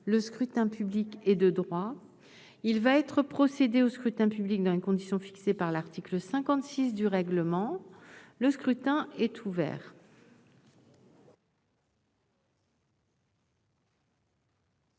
remet à la sagesse du Sénat. Il va être procédé au scrutin dans les conditions fixées par l'article 56 du règlement. Le scrutin est ouvert.